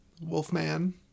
Wolfman